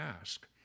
ask